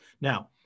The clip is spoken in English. Now